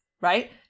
Right